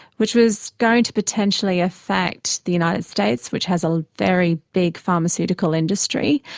which was going to potentially affect the united states which has a very big pharmaceutical industry.